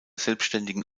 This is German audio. selbständigen